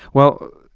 well,